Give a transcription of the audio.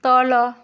ତଳ